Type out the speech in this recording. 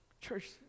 Church